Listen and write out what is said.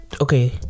okay